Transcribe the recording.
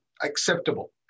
acceptable